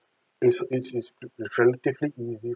it's it's it is definitively easier